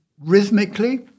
Rhythmically